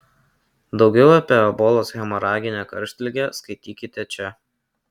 daugiau apie ebolos hemoraginę karštligę skaitykite čia